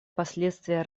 последствия